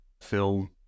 film